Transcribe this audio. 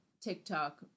TikTok